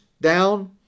down